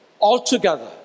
altogether